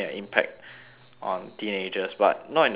on teenagers but not in the sense that